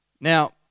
Now